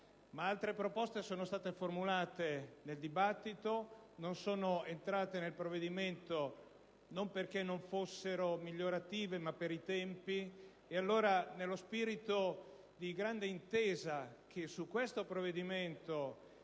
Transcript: Altre proposte sono state poi formulate nel dibattito e non sono entrate a far parte del provvedimento in esame non perché non fossero migliorative, ma per i tempi. Quindi, nello spirito di grande intesa che su questo provvedimento